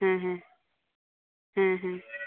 ᱦᱮᱸ ᱦᱮᱸ ᱦᱮᱸ ᱦᱮᱸ